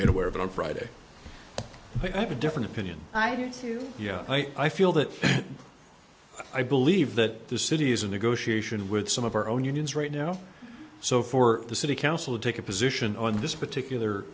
made aware of it on friday i have a different opinion i do too i feel that i believe that the city is a negotiation with some of our own unions right now so for the city council to take a position on this particular